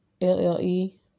L-L-E